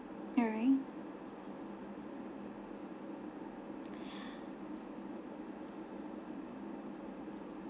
alright